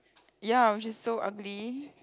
ya which is so ugly